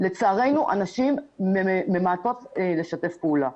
לצערנו הנשים ממעטות לשתף פעולה.